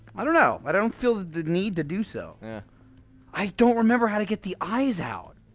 i don't know, i don't feel the need to do so yeah i don't remember how to get the eyes out